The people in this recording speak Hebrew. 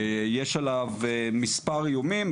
יש עליו מספר איומים,